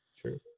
True